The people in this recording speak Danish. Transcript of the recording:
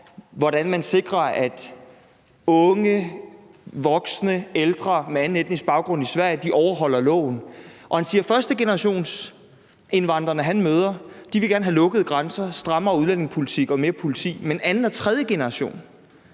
hvordan man sikrer, at unge, voksne og ældre med anden etnisk baggrund i Sverige overholder loven. Han siger, at førstegenerationsindvandrerne, han møder, gerne vil have lukkede grænser, strammere udlændingepolitik og mere politi, men at anden og tredje generation